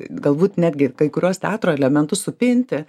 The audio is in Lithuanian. galbūt netgi kai kuriuos teatro elementus supinti